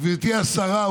גברתי השרה,